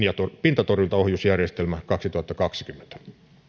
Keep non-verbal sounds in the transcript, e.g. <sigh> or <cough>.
<unintelligible> ja pintatorjuntaohjusjärjestelmä kaksituhattakaksikymmentä